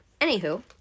anywho